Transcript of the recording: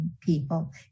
people